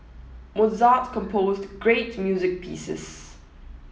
Mozart composed great music pieces